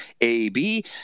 AB